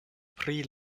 pri